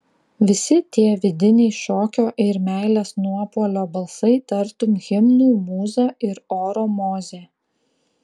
visi tie vidiniai šokio ir meilės nuopuolio balsai tartum himnų mūza ir oro mozė